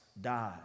died